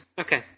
Okay